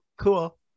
cool